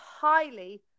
highly